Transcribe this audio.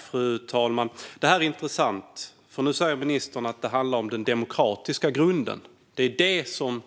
Fru talman! Det här är intressant, för nu säger ministern att det handlar om den demokratiska grunden - att det är det som